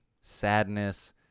sadness